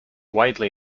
widely